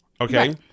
Okay